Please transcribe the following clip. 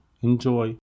enjoy